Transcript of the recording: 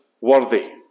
worthy